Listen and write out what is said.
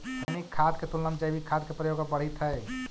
रासायनिक खाद के तुलना में जैविक खाद के प्रयोग अब बढ़ित हई